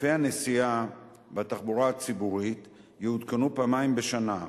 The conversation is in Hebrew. תעריפי הנסיעה בתחבורה הציבורית יעודכנו פעמיים בשנה,